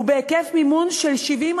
הוא בהיקף מימון של 70%